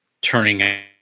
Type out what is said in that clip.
turning